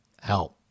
help